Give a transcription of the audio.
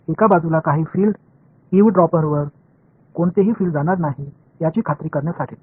எந்தவொரு புலமும் ஒரு பக்கத்தில் சில செவிமடுப்பவருக்குச் செல்வதில்லை என்பதை உறுதிப்படுத்த விரும்புகிறேன்